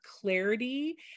clarity